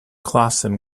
klassen